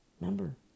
Remember